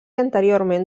anteriorment